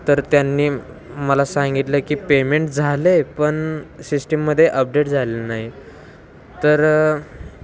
तर त्यांनी मला सांगितलं की पेमेंट झालं आहे पण सिस्टीममध्ये अपडेट झाले नाही तर